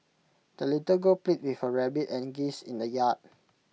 the little girl played with her rabbit and geese in the yard